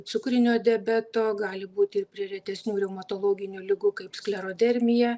cukrinio diabeto gali būti ir prie retesnių reumatologinių ligų kaip sklerodermija